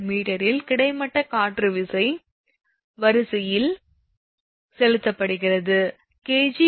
𝐾𝑔𝑚 இல் கிடைமட்ட காற்று விசை வரியில் செலுத்தப்படுகிறது d